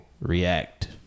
React